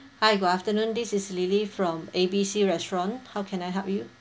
hi good afternoon this is lily from A B C restaurant how can I help you